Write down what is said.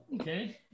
Okay